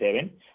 seven